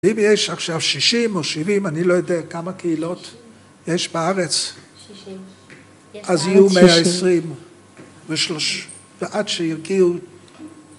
‫אם יש עכשיו 60 או 70, ‫אני לא יודע כמה קהילות יש בארץ, ‫אז יהיו 120 ו-130, ‫ועד שיגיעו...